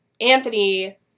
Anthony